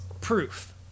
proof